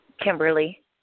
Kimberly